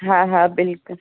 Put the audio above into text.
हा हा बिल्कुलु